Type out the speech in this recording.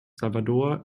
salvador